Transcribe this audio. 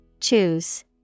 Choose